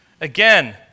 again